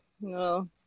No